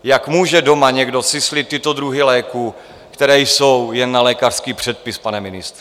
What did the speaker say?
Jak může doma někdo syslit tyto druhy léků, které jsou jen na lékařský předpis, pane ministře?